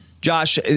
josh